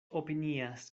opinias